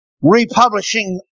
republishing